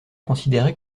considérait